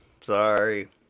Sorry